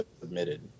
submitted